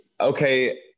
Okay